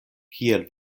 kiel